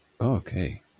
okay